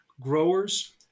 growers